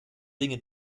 dinge